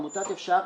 עמותת "אפשר",